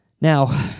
Now